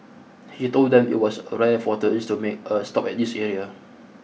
he told them it was rare for tourists to make a stop at this area